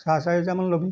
চাৰে চাৰি হেজাৰমান ল'বি